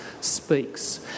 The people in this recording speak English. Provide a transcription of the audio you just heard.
speaks